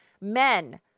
men